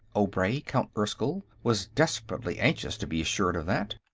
obray, count erskyll, was desperately anxious to be assured of that.